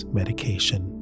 medication